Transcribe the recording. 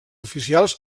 oficials